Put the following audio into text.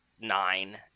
nine